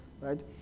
right